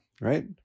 right